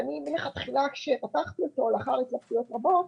ומלכתחילה כאשר פתחתי אותו לאחר התלבטויות רבות,